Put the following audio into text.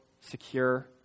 secure